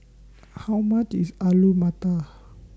How much IS Alu Matar